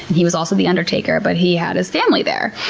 he was also the undertaker, but he had his family there.